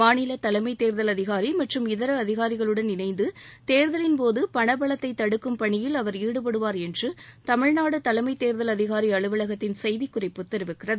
மாநில தலைமைத் தேர்தல் அதிகாரி மற்றும் இதர அதிகாரிகளுடன் இணைந்து தேர்தலின்போது பணபலத்தை தடுக் கும் பணியில் அவர் ஈடுபடுவார் என்று தமிழ்நாடு தலைமைத் தேர்தல் அதிகாரி அலுவலக செய்திக்குறிப்பு தெரிவிக்கிறது